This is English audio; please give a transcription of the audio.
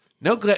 no